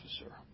officer